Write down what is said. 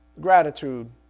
Gratitude